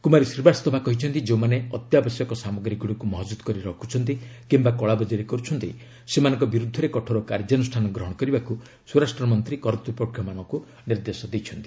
କୁମାରୀ ଶ୍ରୀବାସ୍ତବା କହିଛନ୍ତି ଯେଉଁମାନେ ଅତ୍ୟାବଶ୍ୟକ ସାମଗ୍ରୀଗୁଡ଼ିକୁ ମହଜୁଦ କରି ରଖୁଛନ୍ତି କିମ୍ବା କଳାବଜାରୀ କରୁଛନ୍ତି ସେମାନଙ୍କ ବିରୁଦ୍ଧରେ କଠୋର କାର୍ଯ୍ୟାନୁଷ୍ଠାନ ଗ୍ରହଣ କରିବାକୁ ସ୍ୱରାଷ୍ଟ୍ରମନ୍ତ୍ରୀ କର୍ତ୍ତପକ୍ଷମାନଙ୍କୁ ନିର୍ଦ୍ଦେଶ ଦେଇଛନ୍ତି